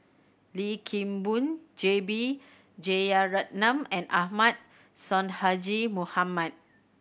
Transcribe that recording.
Lim Kim Boon J B Jeyaretnam and Ahmad Sonhadji Mohamad